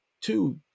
two